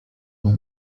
之中